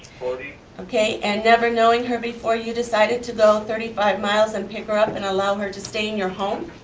forty. okay, and never knowing her before you decided to go thirty five miles and pick her up and allow her to stay in your home.